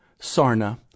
Sarna